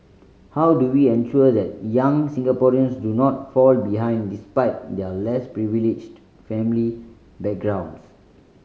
how do we ensure that young Singaporeans do not fall behind despite their less privileged family backgrounds